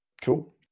Cool